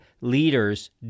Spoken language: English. leaders